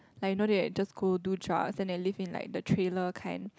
like you just go do drugs then go live in like the trailer kind